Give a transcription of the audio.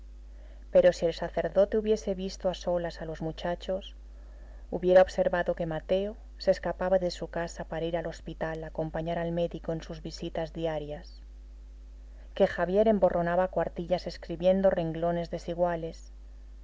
pero si el sacerdote hubiese visto a solas a los muchachos hubiera observado que mateo se escapaba de su casa para ir al hospital a acompañar al médico en sus visitas diarias que javier emborronaba cuartillas escribiendo renglones desiguales